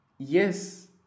Yes